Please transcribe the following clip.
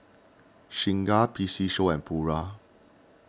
Singha P C Show and Pura